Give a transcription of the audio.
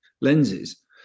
lenses